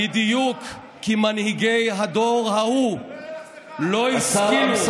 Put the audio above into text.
בדיוק כי מנהיגי הדור ההוא לא השכילו,